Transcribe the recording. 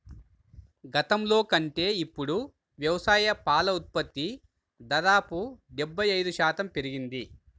గతంలో కంటే ఇప్పుడు వ్యవసాయ పాల ఉత్పత్తి దాదాపు డెబ్బై ఐదు శాతం పెరిగింది